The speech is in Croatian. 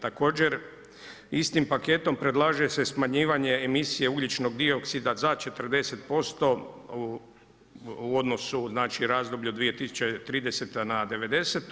Također istim paketom predlaže se smanjivanje emisije ugljičnog dioksida za 40% u odnosu, znači razdoblju od 2030. na devedesetu.